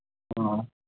ᱦᱮᱸ